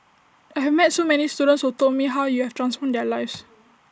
I have met so many students who told me how you have transformed their lives